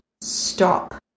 stop